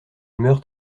meurent